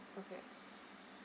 okay